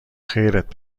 خیرت